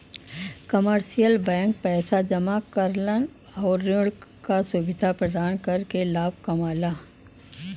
commercial bank पैसा जमा करल आउर ऋण क सुविधा प्रदान करके लाभ कमाला